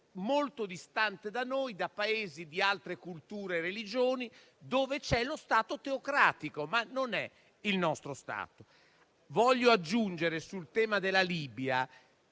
molto distante da noi, da Paesi di altre culture e religioni dove c'è lo Stato teocratico, ma questo non è il nostro Stato. Voglio aggiungere, sul tema della Libia,